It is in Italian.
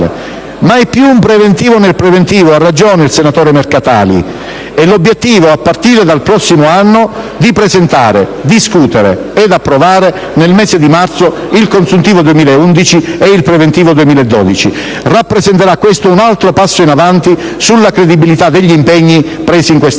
Mai più un preventivo nel preventivo, ha ragione il senatore Mercatali, e l'obiettivo, a partire dal prossimo anno, di presentare, discutere ed approvare nel mese di marzo il consuntivo 2011 e il preventivo 2012 rappresenterà un altro passo in avanti sulla credibilità degli impegni presi in quest'Aula.